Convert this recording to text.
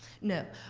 no.